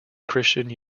christian